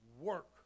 work